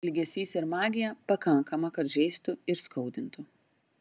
ilgesys ir magija pakankama kad žeistų ir skaudintų